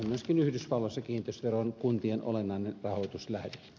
myöskin yhdysvalloissa kiinteistövero on kuntien olennainen rahoituslähde